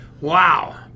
Wow